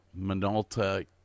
Minolta